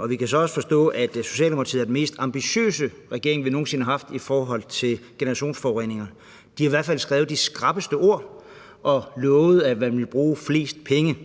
og vi kan så også forstå, at Socialdemokratiet er den mest ambitiøse regering, vi nogen sinde har haft i forhold til generationsforureninger. De har hvert fald skrevet de skrappeste ord og lovet, at man ville bruge flest penge.